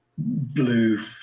Blue